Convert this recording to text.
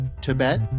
tibet